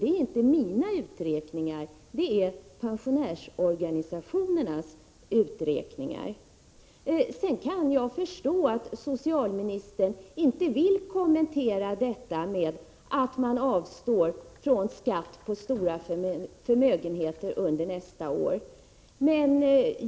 Det är alltså inte min utan pensionärsorganisationernas uträkning. Jag kan förstå att socialministern inte vill kommentera detta att regeringen avstår från att ta ut skatt på stora förmögenheter under nästa år.